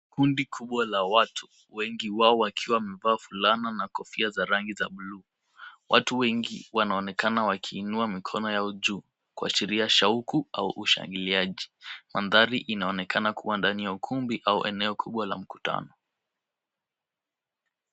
Kundi kubwa la watu, wengi wao wakiwa wamevaa fulana na kofia za rangi za buluu. Watu wengi wanaonekana wakiinua mikono yao juu, kuashiria shauku au ushangiliaji. Mandhari inaonekana kuwa ndani ya ukumbi au eneo kubwa la mkutano.